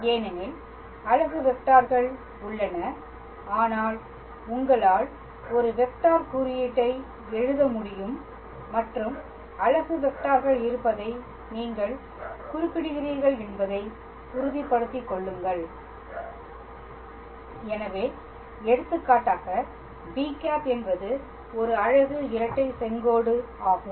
ஏனெனில் அலகு வெக்டார்கள் உள்ளன ஆனால் உங்களால் ஒரு வெக்டார் குறியீட்டை எழுத முடியும் மற்றும் அலகு வெக்டார்கள் இருப்பதை நீங்கள் குறிப்பிடுகிறீர்கள் என்பதை உறுதிப்படுத்திக் கொள்ளுங்கள் எனவே எடுத்துக்காட்டாக b̂ என்பது ஒரு அலகு இரட்டை செங்கோடு ஆகும்